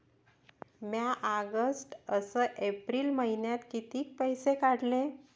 म्या ऑगस्ट अस एप्रिल मइन्यात कितीक पैसे काढले?